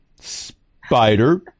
spider